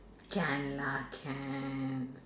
can lah can